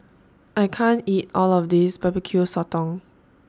I can't eat All of This Barbecue Sotong